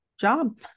job